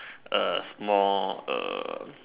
A small um